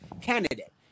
candidate